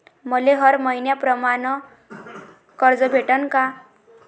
मले हर मईन्याप्रमाणं कर्ज भेटन का?